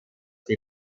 die